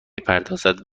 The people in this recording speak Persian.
پردازد